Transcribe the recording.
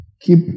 Keep